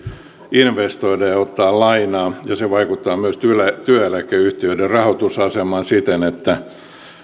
investoida ja ottaa lainaa se vaikuttaa myös työeläkeyhtiöiden rahoitusasemaan siten että